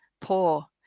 poor